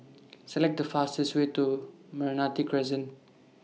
Select The fastest Way to Meranti Crescent